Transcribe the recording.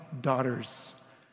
daughters